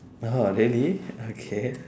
!wow! really okay